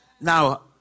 Now